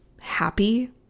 happy